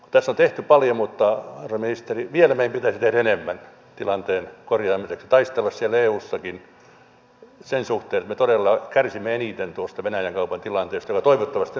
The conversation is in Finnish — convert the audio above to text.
tässä on tehty paljon herra ministeri mutta vielä meidän pitäisi tehdä enemmän tilanteen korjaamiseksi taistella siellä eussakin sen suhteen että me todella kärsimme eniten tuosta venäjän kaupan tilanteesta joka toivottavasti nyt lähtee korjaantumaan